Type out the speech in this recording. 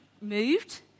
moved